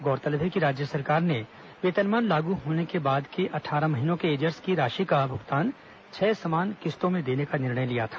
गौरतलब है कि राज्य सरकार ने वेतनमान लागू होने के बाद के अट्ठारह महीने के एरियर्स की राशि का भुगतान छह समान किश्तों में देने का निर्णय लिया था